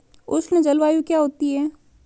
उष्ण जलवायु क्या होती है?